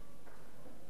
העלו מסים,